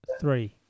three